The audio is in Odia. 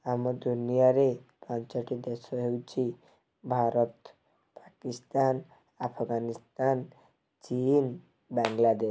ଆମ ଦୁନିଆରେ ପାଞ୍ଚଟି ଦେଶ ହେଉଛି ଭାରତ ପାକିସ୍ଥାନ ଆଫଗାନିସ୍ଥାନ ଚୀନ ବାଙ୍ଗଲାଦେଶ